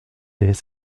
des